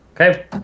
Okay